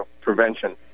prevention